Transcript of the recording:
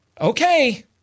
Okay